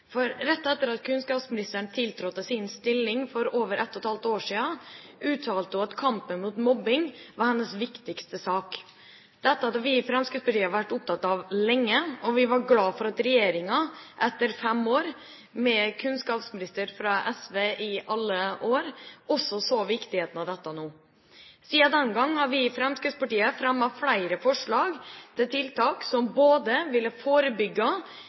et halvt år siden, uttalte hun at kampen mot mobbing var hennes viktigste sak. Dette hadde vi i Fremskrittspartiet vært opptatt av lenge, og vi var glad for at regjeringa etter fem år med kunnskapsminister fra SV også så viktigheten av dette nå. Siden den gang har vi i Fremskrittspartiet fremmet flere forslag til tiltak som både ville